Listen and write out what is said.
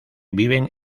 viven